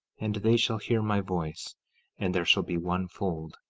and they shall hear my voice and there shall be one fold,